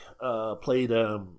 played